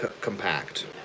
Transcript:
compact